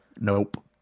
Nope